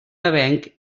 avenc